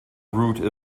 root